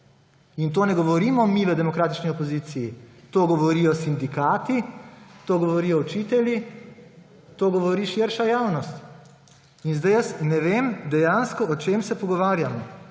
In tega ne govorimo mi v demokratični opoziciji, to govorijo sindikati, to govorijo učitelji, to govori širša javnost. Zdaj jaz dejansko ne vem, o čem se pogovarjamo.